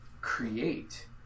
create